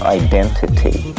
identity